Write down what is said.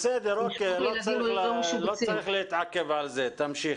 בסדר, לא צריך להתעכב על זה תמשיכי.